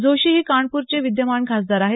जोशी हे कानपूरचे विद्यमान खासदार आहेत